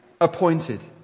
appointed